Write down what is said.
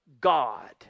God